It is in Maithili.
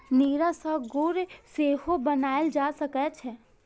नीरा सं गुड़ सेहो बनाएल जा सकै छै